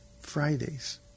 Fridays